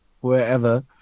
wherever